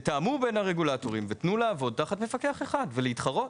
תתאמו בין הרגולטורים; תנו לעבוד תחת מפקח אחד ולהתחרות.